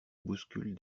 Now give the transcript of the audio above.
bouscule